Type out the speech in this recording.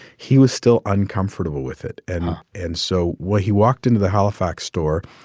he was still uncomfortable with it. and. and so when he walked into the halifax store,